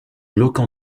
glauques